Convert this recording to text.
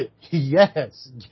yes